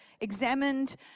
examined